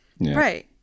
right